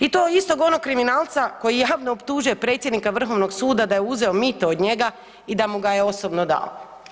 I to istog onog kriminalca koji javno optužuje predsjednika Vrhovnog suda da je uzeo mito od njega i da mu ga je osobno dao.